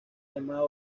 llamada